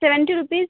seventy rupees